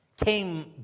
came